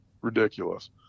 ridiculous